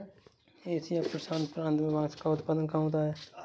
Asia प्रशांत प्रांत में बांस का उत्पादन कहाँ होता है?